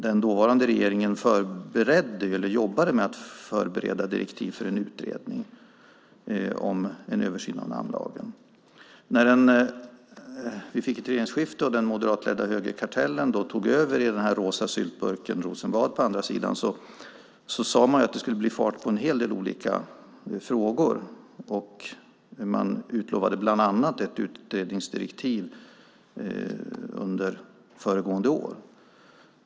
Den dåvarande regeringen förberedde direktiv för en utredning om en översyn av namnlagen. När vi fick regeringsskifte och den moderatledda högerkartellen tog över i den rosa syltburken - Rosenbad, på andra sidan - sade man att det skulle bli fart på en hel del olika frågor. Man utlovade bland annat ett utredningsdirektiv under föregående år.